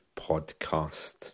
podcast